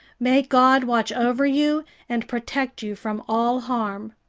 may god watch over you and protect you from all harm.